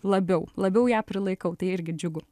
labiau labiau ją prilaikau tai irgi džiugu